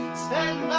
stand